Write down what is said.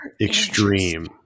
extreme